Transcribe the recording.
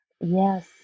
Yes